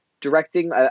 directing